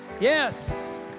Yes